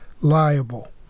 liable